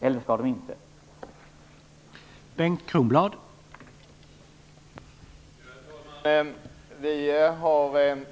Eller skall de inte ha det?